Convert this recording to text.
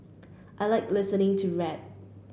I like listening to rap